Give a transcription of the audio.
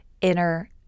inner